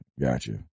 Gotcha